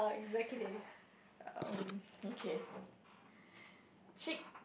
um okay chick